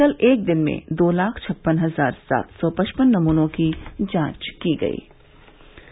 कल एक दिन में दो लाख छप्पन हजार सात सौ पचपन नमूनों की जांच की गयी